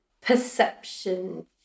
perception